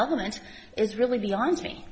element is really beyond me